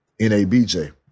NABJ